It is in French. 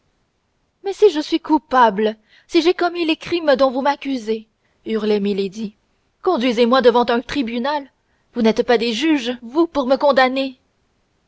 mais si je suis coupable si j'ai commis les crimes dont vous m'accusez hurlait milady conduisez-moi devant un tribunal vous n'êtes pas des juges vous pour me condamner